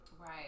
Right